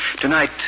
Tonight